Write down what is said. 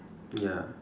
ya